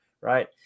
right